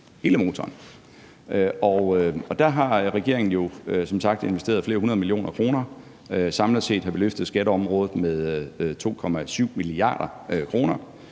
hele motoren. Der har regeringen jo som sagt investeret flere hundrede millioner kroner. Samlet set har vi løftet skatteområdet med 2,7 mia. kr.